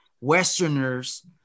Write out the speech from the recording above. Westerners